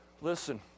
Listen